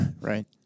right